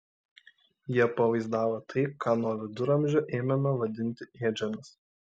jie pavaizdavo tai ką nuo viduramžių ėmėme vadinti ėdžiomis